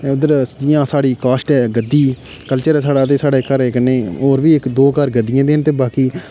उद्धर जियां साढ़ी कास्ट ऐ गद्धी कल्चर ऐ साढ़ा ते साढ़े कन्नै होर बी इक दो घर गद्धियें दे न ते बाकी